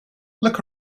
look